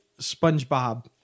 spongebob